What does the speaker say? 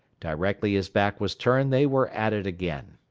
directly his back was turned they were at it again.